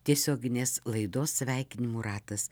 tiesioginės laidos sveikinimų ratas